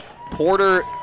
Porter